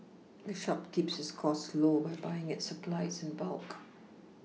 the shop keeps its costs low by buying its supplies in bulk